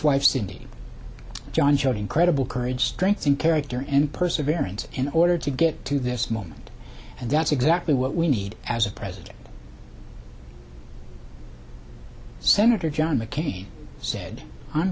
wife cindy john showed incredible courage strength in character and perseverance in order to get to this moment and that's exactly what we need as a president senator john mccain said i'm